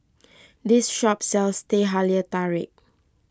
this shop sells Teh Halia Tarik